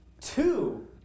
two